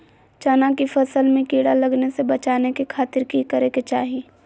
चना की फसल में कीड़ा लगने से बचाने के खातिर की करे के चाही?